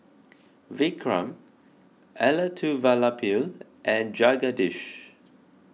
Vikram Elattuvalapil and Jagadish